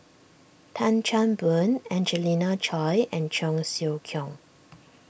Tan Chan Boon Angelina Choy and Cheong Siew Keong